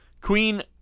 queen